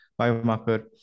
biomarker